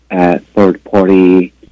Third-party